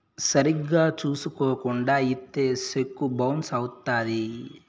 సరిగ్గా చూసుకోకుండా ఇత్తే సెక్కు బౌన్స్ అవుత్తది